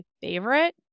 favorite